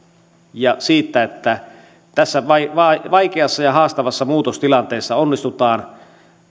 ja siitä että tässä vaikeassa ja haastavassa muutostilanteessa onnistutaan